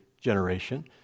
generation